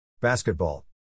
Basketball